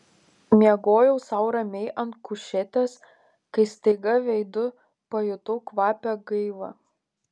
miegojau sau ramiai ant kušetės kai staiga veidu pajutau kvapią gaivą